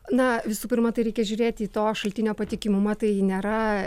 na visų pirma tai reikia žiūrėti į to šaltinio patikimumą tai nėra